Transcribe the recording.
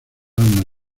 armas